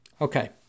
Okay